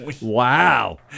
wow